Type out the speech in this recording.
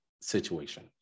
situation